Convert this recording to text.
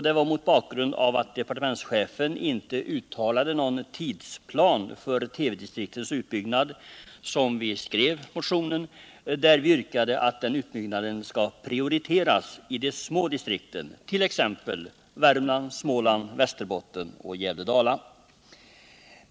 Det var mot bakgrund av att departementschefen inte angav någon tidsplan för TV-distriktens utbyggnad som vi skrev motionen, där vi yrkade att den utbyggnaden skall prioriteras i de små distrikten, t.ex. Värmland, Småland, Västerbotten och Gävle-Dala.